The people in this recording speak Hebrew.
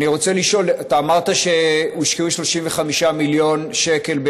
אני רוצה לשאול: אמרת שהושקעו 35 מיליון שקל,